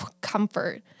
comfort